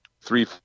three